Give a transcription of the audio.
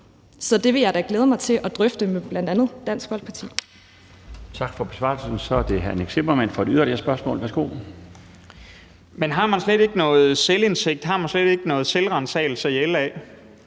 Så det vil jeg da glæde mig til at drøfte med bl.a. Dansk Folkeparti.